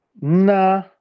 Nah